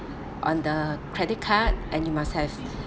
on the credit card and you must have